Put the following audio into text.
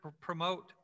promote